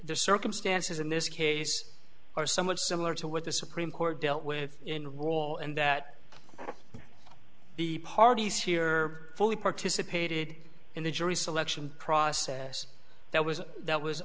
the circumstances in this case are somewhat similar to what the supreme court dealt with in rule and that the parties here fully participated in the jury selection process that was that was